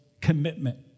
commitment